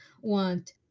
want